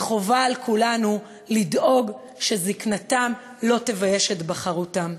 וחובה על כולנו לדאוג שזיקנתם לא תבייש את בחרותם.